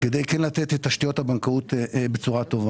כדי לתת את תשתיות הבנקאות בצורה טובה.